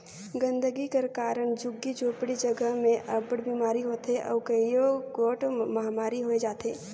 गंदगी कर कारन झुग्गी झोपड़ी जगहा में अब्बड़ बिमारी होथे अउ कइयो गोट महमारी होए जाथे